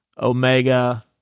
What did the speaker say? Omega